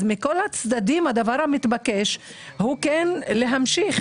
אז מכל הצדדים הדבר המתבקש הוא כן להמשיך